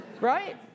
right